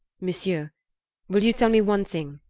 monsieur will you tell me one thing?